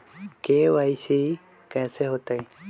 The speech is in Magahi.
के.वाई.सी कैसे होतई?